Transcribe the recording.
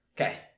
Okay